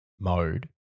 mode